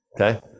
Okay